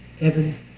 Evan